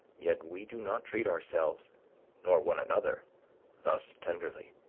yet we do not treat ourselves nor one another thus tenderly.